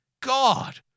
God